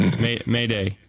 Mayday